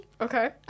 Okay